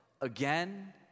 again